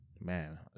Man